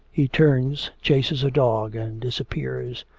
he turns, chases a dog, and disappears.